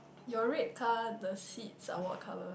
your red car the sheets are what color